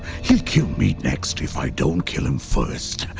he'll kill me, next if i don't kill him first.